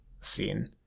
scene